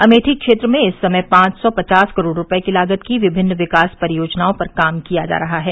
अमेठी क्षेत्र में इस समय पांच सौ पचास करोड़ रूपये की लागत की विभिन्न विकास परियोजनाओं पर काम किया जा रहा है